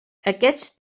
aquests